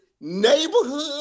Neighborhood